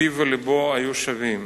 פיו ולבו היו שווים.